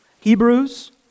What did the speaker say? Hebrews